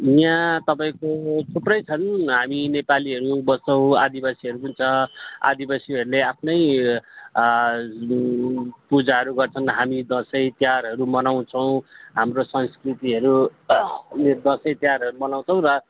यहाँ तपाईँको थुप्रै छन् हामी नेपालीहरू बस्छौँ आदिवासीहरू पनि छ आदिवासीहरूले आफ्नै ए पूजाहरू गर्छन् हामी दसैँ तिहारहरू मनाउँछौँ हाम्रो संस्कृतिहरू यो दसैँ तिहारहरू मनाउँछौँ र